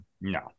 No